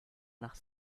nach